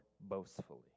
boastfully